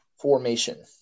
formation